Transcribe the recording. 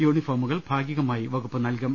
യൂണിഫോമുകൾ ഭാഗികമായി വകുപ്പ് നൽകും